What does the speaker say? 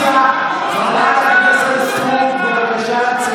חברת הכנסת סטרוק, החוצה, בבקשה.